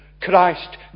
Christ